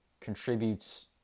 contributes